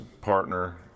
partner